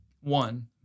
One